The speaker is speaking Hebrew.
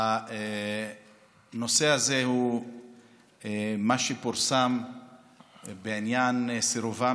הנושא הזה הוא מה שפורסם בעניין סירובן